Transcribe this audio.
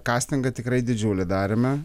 kastingą tikrai didžiulį darėme